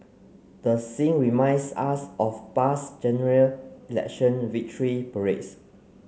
the scene reminds us of past General Election victory parades